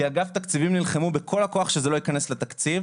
כי אגף תקציבים נלחמו בכל הכוח שזה לא ייכנס לתקציב.